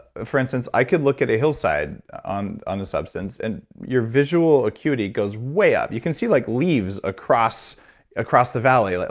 for instance, i could look at a hillside on on a substance and your visual acuity goes way up. you can see like leaves across across the valley. like